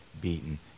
beaten